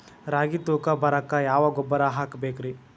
ರಾಗಿ ತೂಕ ಬರಕ್ಕ ಯಾವ ಗೊಬ್ಬರ ಹಾಕಬೇಕ್ರಿ?